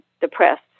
depressed